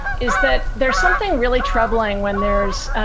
is that there's something really troubling when there's